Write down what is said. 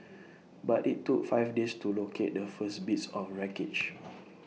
but IT took five days to locate the first bits of wreckage